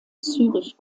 zürich